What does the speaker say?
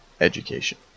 education